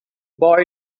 boy